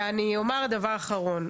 דבר אחרון,